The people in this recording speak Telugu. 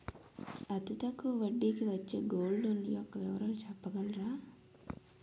అతి తక్కువ వడ్డీ కి వచ్చే గోల్డ్ లోన్ యెక్క వివరాలు చెప్పగలరా?